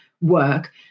work